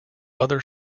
other